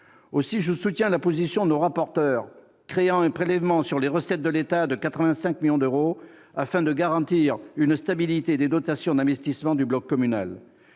Aussi, je soutiens la position des rapporteurs spéciaux, qui veulent créer un prélèvement sur les recettes de l'État de 85 millions d'euros, afin de garantir une stabilité des dotations d'investissement du bloc communal.